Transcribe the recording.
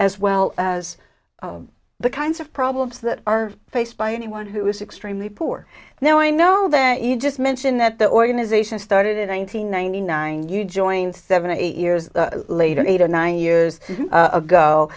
as well as the kinds of problems that are faced by anyone who is extremely poor now i know that you just mentioned that the organization started in one thousand nine hundred nine you joined seven eight years later eight or nine years ago